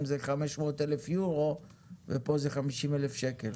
זה 500,000 יורו ופה זה 50,000 שקל.